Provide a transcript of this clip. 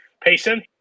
Payson